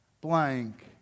Blank